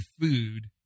food